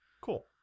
Cool